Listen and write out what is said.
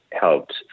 helped